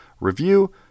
review